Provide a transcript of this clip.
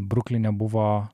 brukline buvo